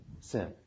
sin